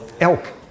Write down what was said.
Elk